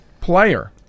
player